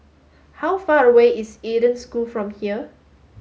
how far away is Eden School from here